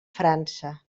frança